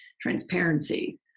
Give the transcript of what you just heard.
transparency